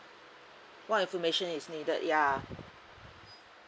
what information is needed ya